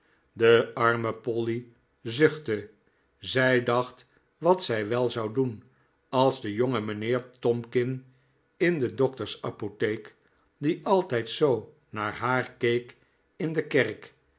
de arme polly zuchtte zij dacht wat zij wel zou doen als de jonge mijnheer tomkin in de dokters apotheek die altijd zoo naar haar keek in de kerk